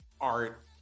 art